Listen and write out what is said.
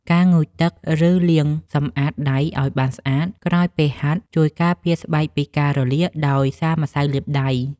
ការងូតទឹក ឬការលាងសម្អាតដៃឱ្យបានស្អាតក្រោយពេលហាត់ ជួយការពារស្បែកពីការរលាកដោយសារម្សៅលាបដៃ។